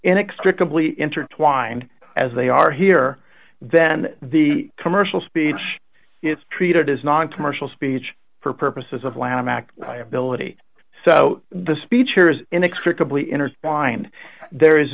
inextricably intertwined as they are here then the commercial speech it's treated as noncommercial speech for purposes of lanham act billeted so the speech here is inextricably intertwined there is